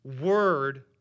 word